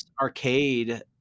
arcade